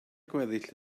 gweddill